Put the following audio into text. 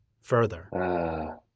further